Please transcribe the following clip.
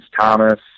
Thomas